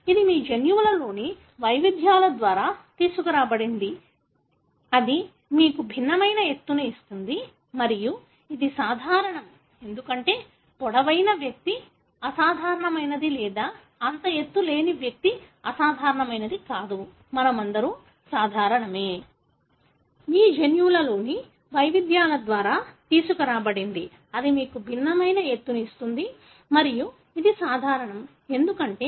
ఇది మీ జన్యువులలోని వైవిధ్యాల ద్వారా తీసుకురాబడింది అది మీకు భిన్నమైన ఎత్తును ఇస్తుంది మరియు ఇది సాధారణం ఎందుకంటే పొడవైన వ్యక్తి అసాధారణమైనది లేదా అంత ఎత్తు లేని వ్యక్తి అసాధారణమైనది కాదు మనమందరం సాధారణమే